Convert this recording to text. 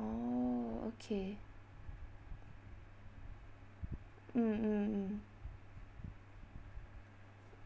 oh okay mm mm mm